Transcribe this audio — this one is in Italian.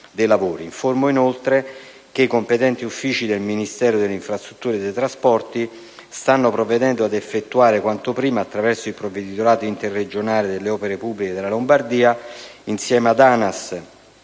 Informo, inoltre, che i competenti uffici del Ministero delle infrastrutture e dei trasporti stanno provvedendo ad effettuare quanto prima, attraverso il provveditorato interregionale alle opere pubbliche della Lombardia, insieme ad ANAS